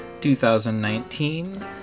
2019